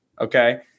okay